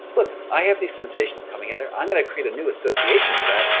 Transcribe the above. look, i have these sensations coming and i'm going to create a new association for that.